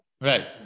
Right